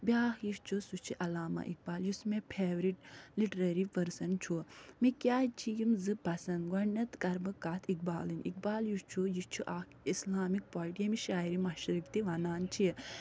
بیٛاکھ یُس چھُ سُہ چھُ علامہ اقبال یُس مےٚ فیورِٹ لٹرٔری پٔرسن چھُ مےٚ کیٛازِ چھِ یِم زٕ پسنٛد گۄڈنٮ۪تھ کربہٕ کَتھ اقبالٕنۍ اقبال یُس چھُ یہِ چھُ اکھ اِسلامِک پویِٹ ییٚمِس شاعرِ مشرق تہِ وَنان چھِ